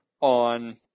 on